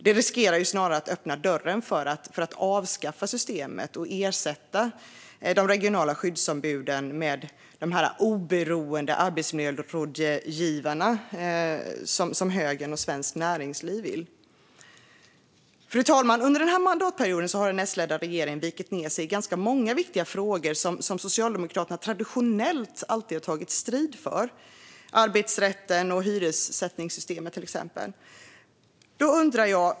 Det riskerar snarare att öppna dörren för att avskaffa systemet och ersätta de regionala skyddsombuden med så kallade oberoende arbetsmiljörådgivare, som högern och Svenskt Näringsliv vill. Fru talman! Under den här mandatperioden har den S-ledda regeringen vikit ned sig i ganska många viktiga frågor som Socialdemokraterna traditionellt tagit strid för, till exempel arbetsrätten och hyressättningssystemet.